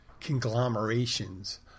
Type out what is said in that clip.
conglomerations